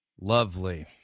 Lovely